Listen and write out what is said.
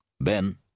Ben